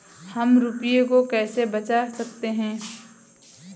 हम रुपये को कैसे बचा सकते हैं?